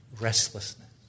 restlessness